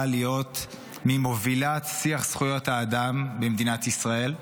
להיות מובילת שיח זכויות האדם במדינת ישראל,